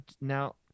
Now